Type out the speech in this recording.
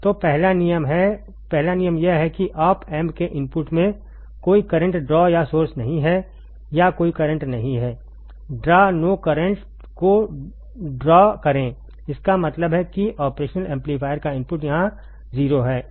तो पहला नियम यह है कि ऑप एम्प के इनपुट में कोई करंट ड्रॉ या सोर्स नहीं है या कोई करंट नहीं है ड्रॉ नो करंट को ड्रा करें इसका मतलब है कि ऑपरेशनल एम्पलीफायर का इनपुट यहाँ 0 है